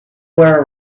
were